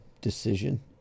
decision